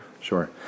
sure